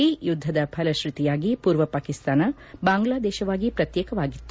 ಈ ಯುದ್ದದ ಫಲಶೃತಿಯಾಗಿ ಪೂರ್ವ ಪಾಕಿಸ್ತಾನ ಬಾಂಗ್ಲಾದೇಶವಾಗಿ ಪ್ರತ್ಯೇಕವಾಗಿತ್ತು